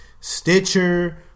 Stitcher